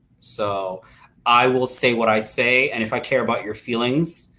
so i will say what i say and if i care about your feelings,